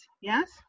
Yes